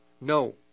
No